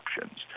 options